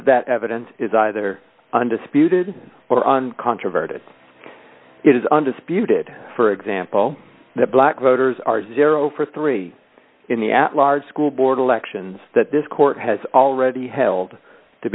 of that evidence is either undisputed or uncontroverted it is undisputed for example that black voters are zero for three in the at large school board elections that this court has already held to